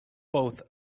both